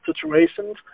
situations